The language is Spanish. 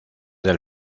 del